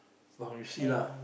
but you see lah